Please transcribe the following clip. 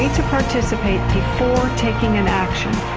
to participate before taking an action.